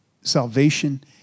salvation